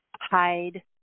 hide